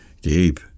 Deep